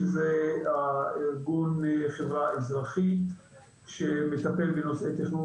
שזה הארגון חברה אזרחי שמטפל בנושאי תכנון